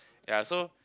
ya so